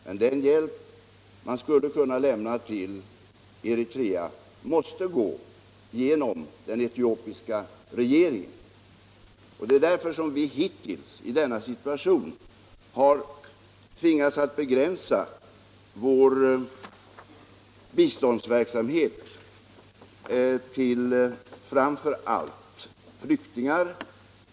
Men den hjälp man skulle kunna lämna till Eritrea måste gå genom den etiopiska regeringen. Det är därför som vi hittills i denna situation har tvingats att begränsa vår biståndsverksamhet till framför allt flyktingar.